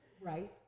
Right